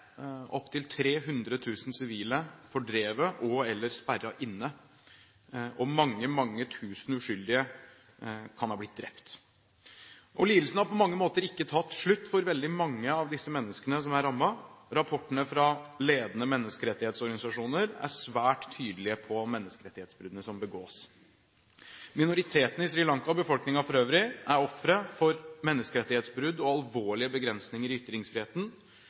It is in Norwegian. opptil 300 000 sivile fordrevet og/eller sperret inne, og mange, mange tusen uskyldige kan ha blitt drept. Lidelsene har på mange måter ikke tatt slutt for veldig mange av de menneskene som er rammet. Rapportene fra ledende menneskerettighetsorganisasjoner er svært tydelige på menneskerettighetsbruddene som begås. Minoritetene på Sri Lanka og befolkningen for øvrig er ofre for menneskerettighetsbrudd og for alvorlige begrensninger i ytringsfriheten.